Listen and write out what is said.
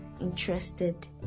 interested